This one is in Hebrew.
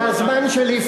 זה הזמן שלי,